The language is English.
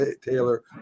Taylor